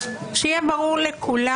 שיהיה ברור לכולם,